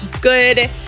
good